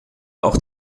auch